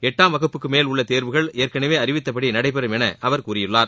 எட்டாம் வகுப்புக்கு மேல் தேர்வுகள் ஏற்கனவே அறிவித்தபடி நடைபெறும் என அவர் கூறியுள்ளார்